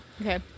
Okay